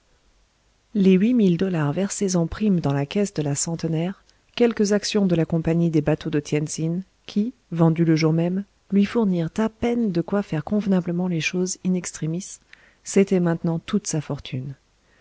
les huit mille dollars versés en prime dans la caisse de la centenaire quelques actions de la compagnie des bateaux de tien tsin qui vendues le jour même lui fournirent à peine de quoi faire convenablement les choses in extremis c'était maintenant toute sa fortune